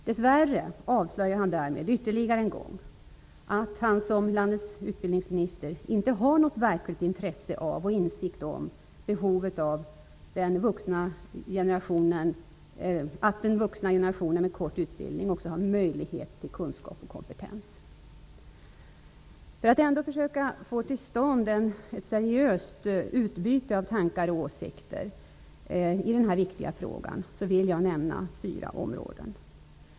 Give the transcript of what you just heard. Dess värre avslöjar han därmed ytterligare en gång att han som landets utbildningsminister inte har något verkligt intresse av och insikt om behovet av att vuxna med kort utbildning skall ges möjlighet till kunskap och kompetens. För att ändå försöka få till stånd ett seriöst utbyte av tankar och åsikter i denna viktiga fråga vill jag nämna fyra områden.